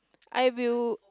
I will